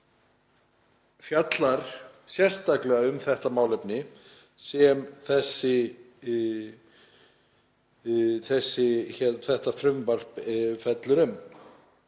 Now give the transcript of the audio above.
fjallar sérstaklega um það málefni sem þetta frumvarp fjallar um.